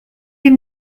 les